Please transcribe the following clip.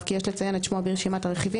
כי יש לציין את שמו ברשימת הרכיבים,